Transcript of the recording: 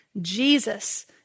Jesus